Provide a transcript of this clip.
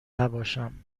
نباشم